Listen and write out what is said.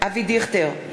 אבי דיכטר,